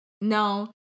No